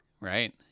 Right